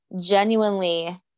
genuinely